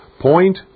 Point